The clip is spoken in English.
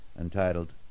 entitled